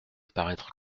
paraître